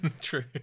True